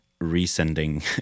resending